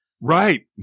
Right